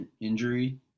injury